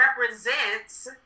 represents